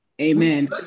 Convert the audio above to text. Amen